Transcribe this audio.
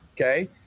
Okay